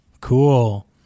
Cool